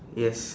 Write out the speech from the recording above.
yes